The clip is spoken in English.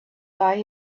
buy